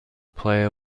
player